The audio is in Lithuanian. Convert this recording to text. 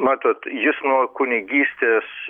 matot jis nuo kunigystės